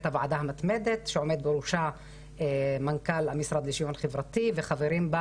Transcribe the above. הוועדה המתמדת שעומד בראשה מנכ"ל המשרד לשיוויון חברתי וחברים בה